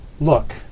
Look